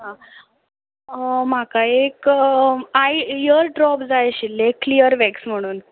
आं म्हाका एक आय इयर ड्रॉप जाय आशिल्ले क्लियर वेक्स म्हणून